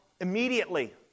immediately